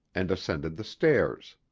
and ascended the stairs.